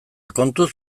kontuz